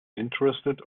interested